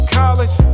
college